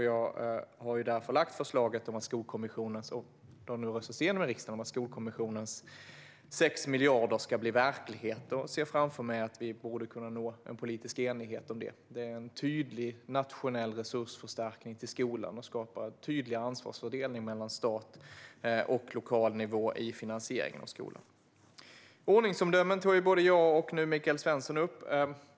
Jag har därför lagt fram Skolkommissionens förslag, som nu röstats igenom i riksdagen, om 6 miljarder för att det nu ska bli verklighet. Jag ser framför mig att vi borde kunna nå en politisk enighet om det. Det är en tydlig nationell resursförstärkning till skolan som skapar tydligare ansvarsfördelning mellan statlig och lokal nivå när det gäller finansiering av skolan. Både jag och Michael Svensson tog upp detta med ordningsomdömen.